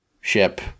ship